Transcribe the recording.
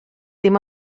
dim